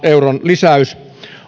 euron lisäys